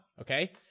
Okay